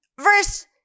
Verse